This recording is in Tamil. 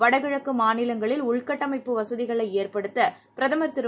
வடகிழக்குமாநிலங்களில் உள்கட்டமைப்பு வசதிகளைஏற்படுத்தபிரதமர் திரு